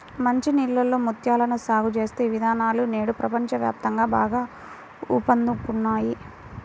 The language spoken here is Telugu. మంచి నీళ్ళలో ముత్యాలను సాగు చేసే విధానాలు నేడు ప్రపంచ వ్యాప్తంగా బాగా ఊపందుకున్నాయి